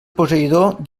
posseïdor